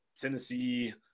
Tennessee